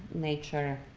nature,